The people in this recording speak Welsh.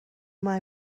mae